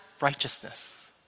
righteousness